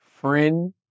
Friend